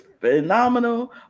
phenomenal